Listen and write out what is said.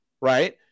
right